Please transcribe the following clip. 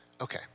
Okay